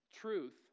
Truth